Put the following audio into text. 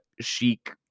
chic